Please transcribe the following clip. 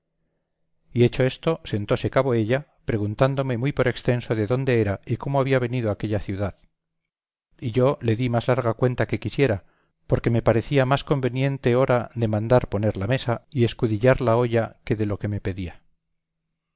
y hecho esto sentóse cabo della preguntándome muy por extenso de dónde era y cómo había venido a aquella ciudad y yo le di más larga cuenta que quisiera porque me parecía más conveniente hora de mandar poner la mesa y escudillar la olla que de lo que me pedía